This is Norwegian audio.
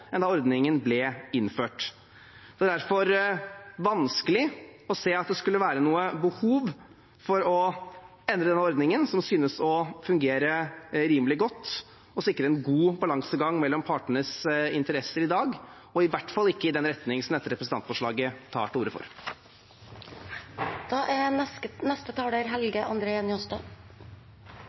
enn da ordningen ble innført. Det er derfor vanskelig å se at det skulle være noe behov for å endre denne ordningen, som synes å fungere rimelig godt, og som sikrer en god balansegang mellom partenes interesser i dag – og i hvert fall ikke i den retning som dette representantforslaget tar til orde for. Alle er